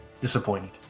Disappointed